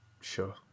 sure